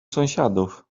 sąsiadów